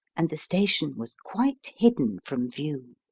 and the station was quite hidden from view.